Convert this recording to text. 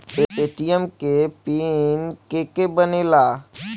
ATM के PIN के के बनेला?